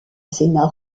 sénat